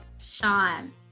Sean